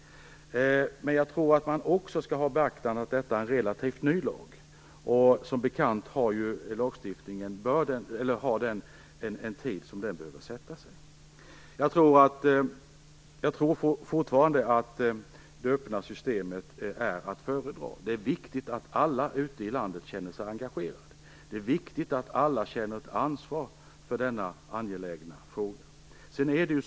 Men man måste också beakta att det är fråga om en relativt ny lag. Som bekant behöver det gå en tid innan en lagstiftning "sätter sig". Jag tror fortfarande att det öppna systemet är att föredra. Det är viktigt att alla ute i landet känner sig engagerade och att alla känner ett ansvar för denna angelägna fråga.